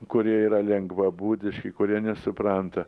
kurie yra lengvabūdiški kurie nesupranta